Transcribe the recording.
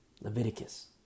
Leviticus